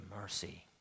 mercy